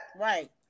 Right